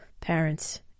parents